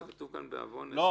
כתוב כאן בעוון 10 שנים.